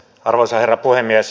arvoisa herra puhemies